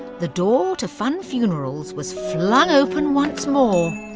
the door to funn funerals was flung open once more!